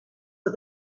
but